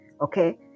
okay